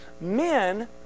men